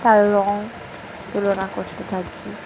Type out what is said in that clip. তার রঙ তুলনা করতে থাকি